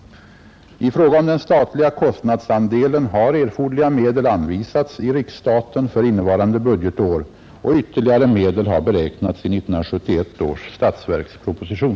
I fråga om den statliga kostnadsandelen har erforderliga medel anvisats i riksstaten för innevarande budgetår, och ytterligare medel har beräknats i 1971 års statsverksproposition.